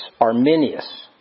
Arminius